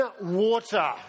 water